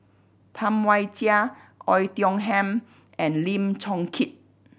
Tam Wai Jia Oei Tiong Ham and Lim Chong Keat